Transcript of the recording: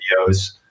videos